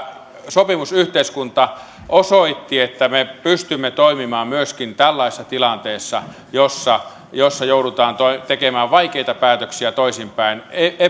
sopimusyhteiskunta osoitti että me pystymme toimimaan myöskin tällaisessa tilanteessa jossa jossa joudutaan tekemään vaikeita päätöksiä toisinpäin